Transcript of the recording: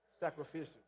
sacrificial